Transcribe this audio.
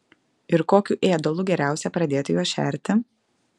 ir kokiu ėdalu geriausia pradėti juos šerti